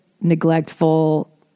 neglectful